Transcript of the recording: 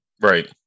right